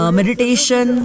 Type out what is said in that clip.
meditation